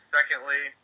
Secondly